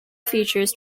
features